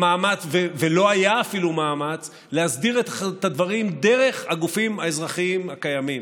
ולא היה אפילו מאמץ להסדיר את הדברים דרך הגופים האזרחיים הקיימים.